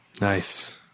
Nice